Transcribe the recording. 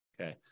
Okay